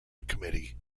committee